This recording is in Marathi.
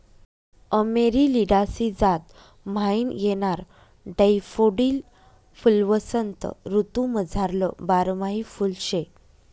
अमेरिलिडासी जात म्हाईन येणारं डैफोडील फुल्वसंत ऋतूमझारलं बारमाही फुल शे